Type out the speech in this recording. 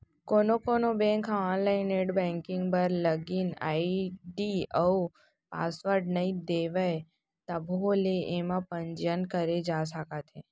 कोनो कोनो बेंक ह आनलाइन नेट बेंकिंग बर लागिन आईडी अउ पासवर्ड नइ देवय तभो ले एमा पंजीयन करे जा सकत हे